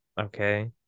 Okay